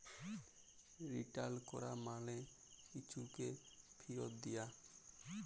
return ক্যরা মালে কিছুকে ফিরত দিয়া